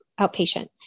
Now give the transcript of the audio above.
outpatient